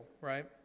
Right